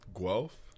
Guelph